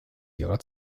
ihrer